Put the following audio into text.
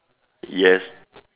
yes